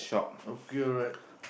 okay alright